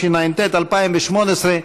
התשע"ט 2018,